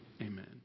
amen